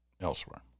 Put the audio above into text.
elsewhere